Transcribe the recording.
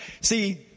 see